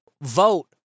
vote